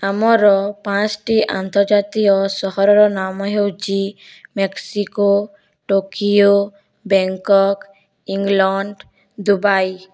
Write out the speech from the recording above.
ଆମର ପାଞ୍ଚ୍ଟି ଆନ୍ତର୍ଜାତୀୟ ସହରର ନାମ ହେଉଛି Mexico Tokyo Bangkok England Dubai